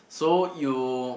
so you